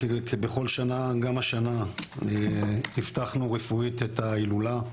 כבכל שנה גם השנה אבטחנו רפואית את ההילולה.